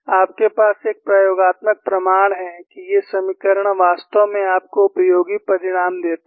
आपके पास एक प्रयोगात्मक प्रमाण है कि ये समीकरण वास्तव में आपको उपयोगी परिणाम देते हैं